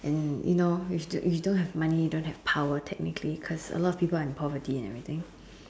and you know if you if you don't have money you don't have money technically cause a lot of people are in poverty and everything